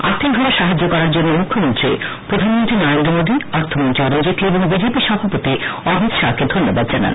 আর্থিক ভাবে সাহায্য করার জন্য মুখ্যমন্ত্রী প্রধানমন্ত্রী নরেন্দ্র মোদী অর্থমন্ত্রী অরুণ জেটলি এবং বিজেপি সভাপতি অমিত শাহকে ধন্যবাদ জানান